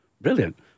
Brilliant